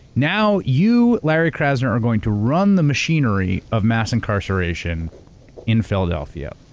now you, larry krasner, are going to run the machinery of mass incarceration in philadelphia.